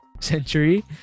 century